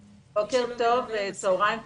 בוקר טוב ותכף צוהריים טובים.